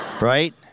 Right